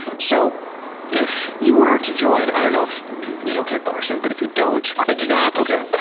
so if you were to join, i don't know if you know kickboxing, but if you don't, i do not, yet.